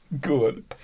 Good